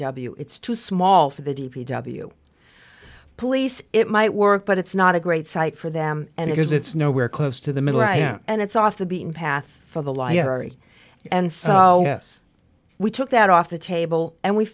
w it's too small for the d p w police it might work but it's not a great site for them and because it's nowhere close to the middle and it's off the beaten path for the library and so yes we took that off the table and we